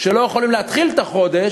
שלא יכולים להתחיל את החודש,